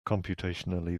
computationally